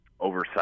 oversight